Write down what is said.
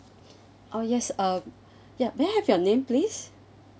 oh yes uh ya may I have your name please